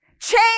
Change